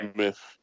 myth